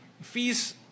fees